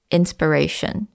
inspiration